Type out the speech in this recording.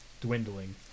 dwindling